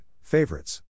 Favorites